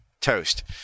Toast